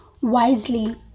wisely